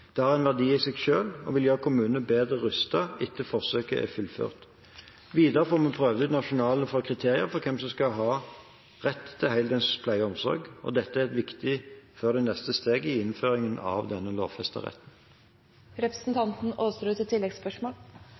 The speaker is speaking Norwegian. Det har en verdi i seg selv og vil gjøre kommunene bedre rustet etter forsøket er fullført. Videre får vi prøvd ut nasjonale kriterier for hvem som skal ha rett til heldøgns pleie og omsorg. Det er viktig for neste steg i innføringen av